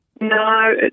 No